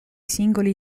singoli